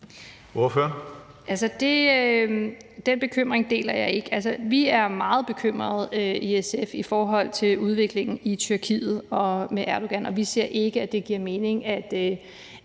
den bekymring deler jeg ikke. Vi er i SF meget bekymrede i forhold til udviklingen i Tyrkiet og med Erdogan, og vi ser ikke, at det giver mening